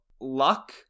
luck